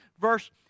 verse